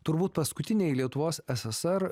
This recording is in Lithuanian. turbūt paskutiniai lietuvos es es er